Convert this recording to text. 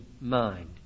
mind